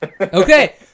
Okay